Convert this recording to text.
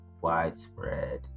widespread